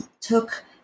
took